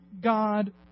God